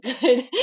good